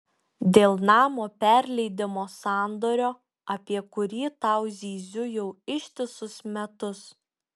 dėl namo perleidimo sandorio apie kurį tau zyziu jau ištisus metus